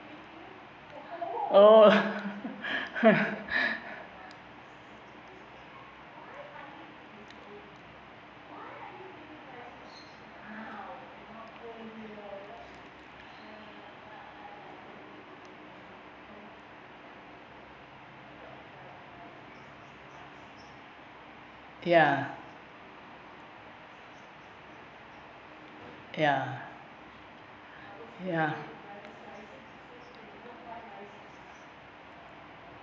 oh ya ya ya